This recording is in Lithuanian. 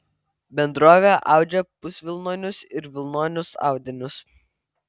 bendrovė audžia pusvilnonius ir vilnonius audinius